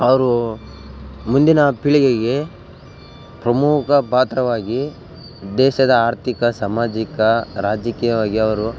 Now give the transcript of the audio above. ಅವರು ಮುಂದಿನ ಪೀಳಿಗೆಗೆ ಪ್ರಮುಖ ಪಾತ್ರವಾಗಿ ದೇಶದ ಆರ್ಥಿಕ ಸಾಮಾಜಿಕ ರಾಜಕೀಯವಾಗಿ ಅವರು